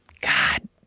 God